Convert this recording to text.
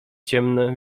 ciemne